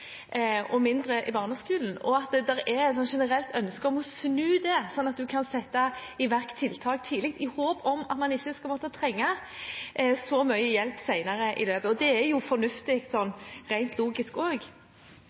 og mindre i barneskolen, og at det er et generelt ønske om å snu dette – at man kan sette i verk tiltak tidlig, i håp om at man ikke skal måtte trenge så mye hjelp senere i løpet. Det er fornuftig,